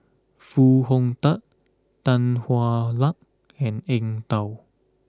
Foo Hong Tatt Tan Hwa Luck and Eng Tow